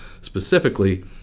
specifically